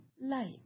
light